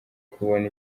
kubona